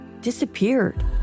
disappeared